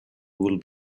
will